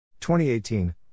2018